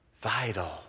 Vital